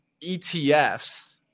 ETFs